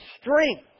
strength